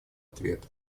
ответ